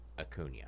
Acuna